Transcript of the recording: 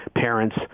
parents